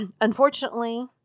Unfortunately